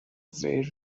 very